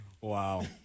Wow